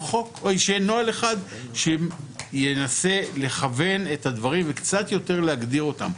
שיהיה נוהל אחד שינסה לכוון את הדברים וקצת יותר להגדיר אותם.